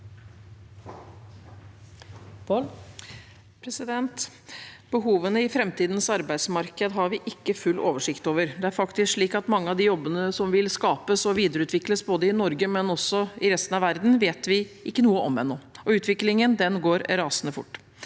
Behovene i framtidens arbeidsmarked har vi ikke full oversikt over. Det er faktisk slik at mange av de jobbene som vil skapes og videreutvikles, ikke bare i Norge, men også i resten av verden, vet vi ikke noe om ennå, og utviklingen går rasende fort.